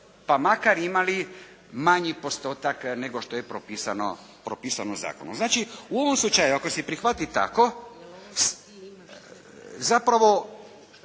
pa makar imali manji postotak nego što je propisano zakonom. Znači, u ovom slučaju ako se prihvati tako zapravo